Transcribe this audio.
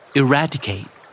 eradicate